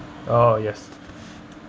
oh yes